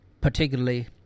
Particularly